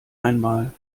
einmal